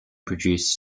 produced